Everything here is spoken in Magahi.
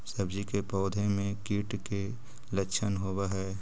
सब्जी के पौधो मे कीट के लच्छन होबहय?